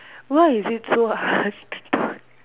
why is it so hard to